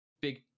big